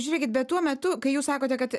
žiūrėkit bet tuo metu kai jūs sakote kad